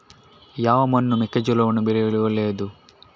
ಯಾವ ಮಣ್ಣು ಮೆಕ್ಕೆಜೋಳವನ್ನು ಬೆಳೆಯಲು ಒಳ್ಳೆಯದು?